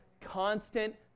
constant